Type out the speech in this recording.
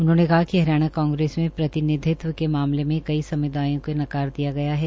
उन्होंने कहा कि कांग्रेस में प्रतिनिधित्व के मामले में कई समूदायों को नकार दिया गया है